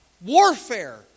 warfare